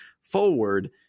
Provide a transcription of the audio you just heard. forward